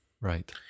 Right